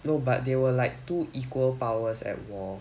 no but they were like two equal powers at war